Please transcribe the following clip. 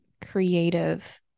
creative